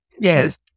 yes